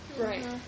Right